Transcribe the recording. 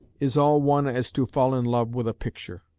is all one as to fall in love with a picture.